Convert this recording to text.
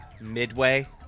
Midway